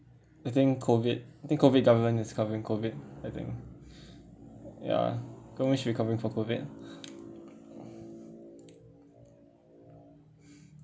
I think COVID I think COVID government is covering COVID I think ya government should be covering for COVID